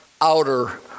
outer